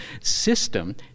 system